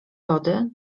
lody